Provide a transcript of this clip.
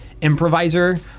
improviser